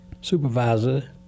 supervisor